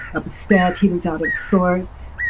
upset, he was out of sorts.